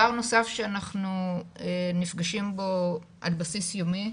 פער נוסף שאנחנו נפגשים בו על בסיס יומי,